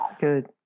Good